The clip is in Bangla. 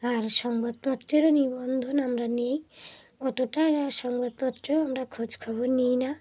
আর সংবাদপত্রেরও নিবন্ধন আমরা নেই অতটা সংবাদপত্রও আমরা খোঁজখবর নিই না